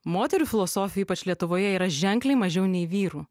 moterų filosofių ypač lietuvoje yra ženkliai mažiau nei vyrų